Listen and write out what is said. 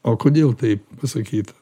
o kodėl taip pasakyta